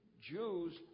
Jews